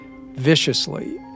viciously